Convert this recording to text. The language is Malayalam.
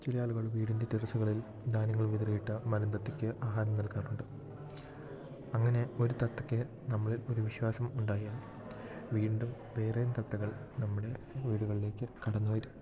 ചില ആളുകൾ വീടിന്റെ ടെറസുകളിൽ ധാന്യങ്ങൾ വിതറിയിട്ട് മലന്തത്തയ്ക്ക് ആഹാരം നൽകാറുണ്ട് അങ്ങനെ ഒരു തത്തക്ക് നമ്മളില് ഒരു വിശ്വാസം ഉണ്ടായാല് വീണ്ടും വേറേം തത്തകള് നമ്മുടെ വീടുകളിലേക്ക് കടന്നു വരും